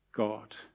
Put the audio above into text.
God